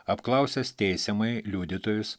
apklausęs teisiamąjį liudytojus